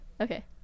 Okay